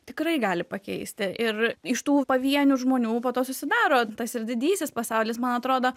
tikrai gali pakeisti ir iš tų pavienių žmonių po to susidaro tas ir didysis pasaulis man atrodo